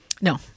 No